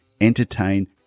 entertain